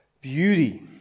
beauty